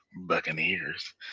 Buccaneers